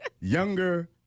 younger